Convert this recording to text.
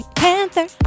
panther